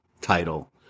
title